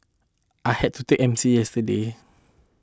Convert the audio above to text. I had to take M C yesterday